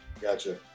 gotcha